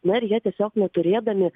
na ir jie tiesiog neturėdami